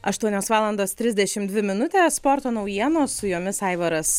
aštuonios valandos trisdešim dvi minutės sporto naujienos su jomis aivaras